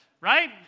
right